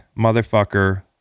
motherfucker